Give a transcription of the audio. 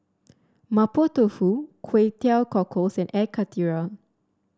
Mapo Tofu Kway Teow Cockles and Air Karthira